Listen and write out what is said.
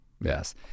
Yes